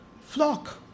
flock